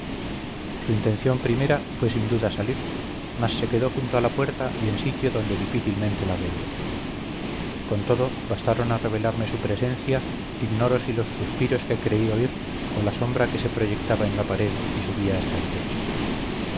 su intención primera fue sin duda salir mas se quedó junto a la puerta y en sitio donde difícilmente la veía con todo bastaron a revelarme su presencia ignoro si los suspiros que creí oír o la sombra que se proyectaba en la pared y subía hasta el techo